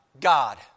God